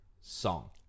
song